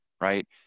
right